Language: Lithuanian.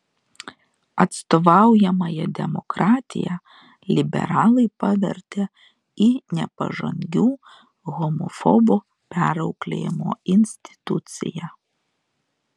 atstovaujamąja demokratiją liberalai pavertė į nepažangių homofobų perauklėjimo instituciją